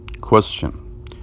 Question